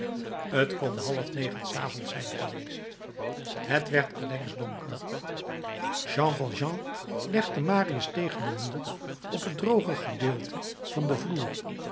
t kon half negen s avonds zijn geweest het werd allengs donker jean valjean legde marius tegen den muur op het droge gedeelte van den vloer